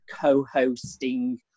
co-hosting